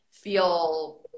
feel